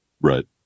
Right